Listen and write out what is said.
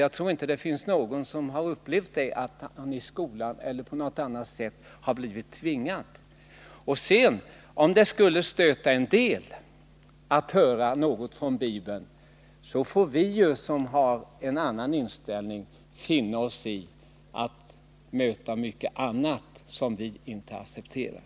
Jag tror inte heller att någon har upplevt att han eller hon i skolan eller i annat sammanhang har blivit tvingad. Om det sedan skulle stöta en del att höra något från Bibeln, så vill jag säga att vi andra ju också får finna oss i att möta mycket som vi inte accepterar.